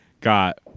got